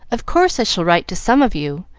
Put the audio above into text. of course i shall write to some of you,